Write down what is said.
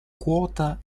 quota